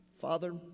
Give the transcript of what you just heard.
Father